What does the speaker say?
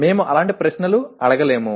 మేము అలాంటి ప్రశ్నలు అడగలేము